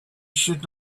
should